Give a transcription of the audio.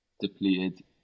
depleted